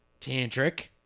Tantric